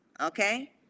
okay